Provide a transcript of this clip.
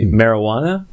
marijuana